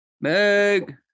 meg